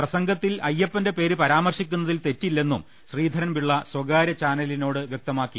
പ്രസംഗത്തിൽ അയ്യപ്പന്റെ പേര് പരാമർശി ക്കുന്നതിൽ തെറ്റില്ലെന്നും ശ്രീധരൻപിള്ള സ്വകാർ്യ ചാനലിനോട് വ്യക്തമാക്കി